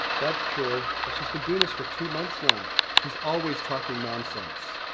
that's true, but she's been doing this for two months now. she's always talking nonsense.